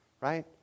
right